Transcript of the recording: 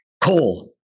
Coal